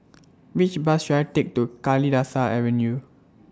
Which Bus should I Take to Kalidasa Avenue